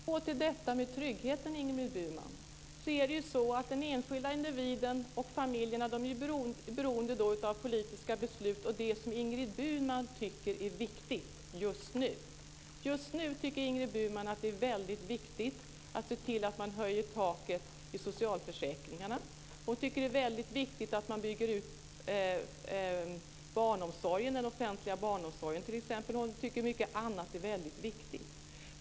Fru talman! För att återgå till detta med tryggheten, Ingrid Burman, är det så att den enskilda individen och familjerna är beroende av politiska beslut och det som Ingrid Burman tycker är viktigt just nu. Just nu tycker Ingrid Burman att det är väldigt viktigt att se till att man höjer taket i socialförsäkringarna, hon tycker att det är väldigt viktigt att man bygger ut den offentliga barnomsorgen och hon tycker att mycket annat är väldigt viktigt.